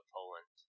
Poland